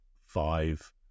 five